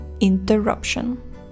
interruption